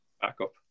backup